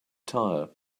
tire